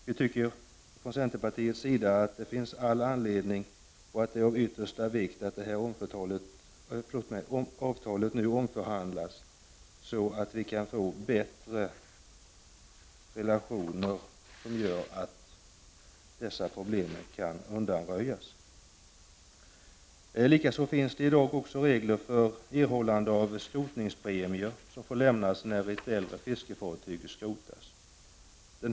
Vi tycker från centerpartiets sida att det finns all anledning och att det är av yttersta vikt att detta avtal nu omförhandlas, för att åstadkomma bättre relationer och undanröjande av dessa problem. I dag finns det regler för erhållande av skrotningspremier, som får lämnas när ett äldre fiskefartyg skrotas.